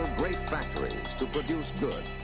great factories to produce goods.